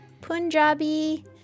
Punjabi